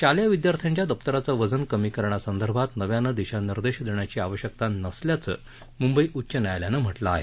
शालेय विद्यार्थ्यांच्या दप्तराचं वजन कमी करण्यासंदर्भात नव्यानं दिशानिर्देश देण्याची आवश्यकता नसल्याचं मुंबई उच्च न्यायालयानं म्हटलं आहे